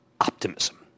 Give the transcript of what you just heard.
optimism